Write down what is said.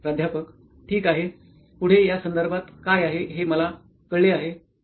प्राध्यापक ठीक आहे पुढे या संदर्भात काय आहे हे मला कळले आहे